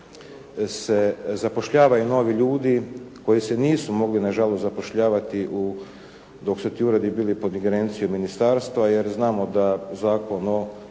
se zapošljavaju novi ljudi koji se nisu mogli nažalost zapošljavati u, dok su ti uredi bili pod ingerencijom ministarstva jer znamo da Zakon o